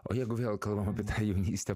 o jeigu vėl kalbam apie jaunystę